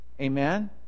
Amen